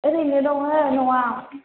ओरैनो दङ न'आव